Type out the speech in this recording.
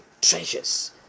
treasures